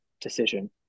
decision